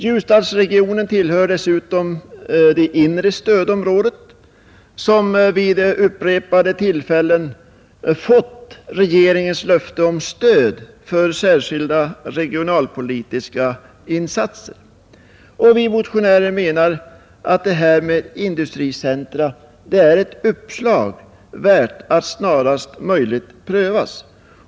Ljusdalsregionen tillhör dessutom det inre stödområdet, som vid upprepade tillfällen fått regeringens löfte Vi motionärer menar att det här med industricentra är ett uppslag värt att snarast möjligt prövas.